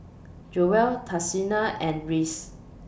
Joell Tashina and Rhys